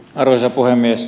arvoisa puhemies